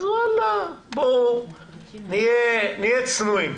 אז בואו נהיה צנועים.